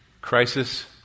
Crisis